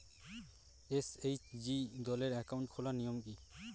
SHG দলের account খোলার নিয়ম কী?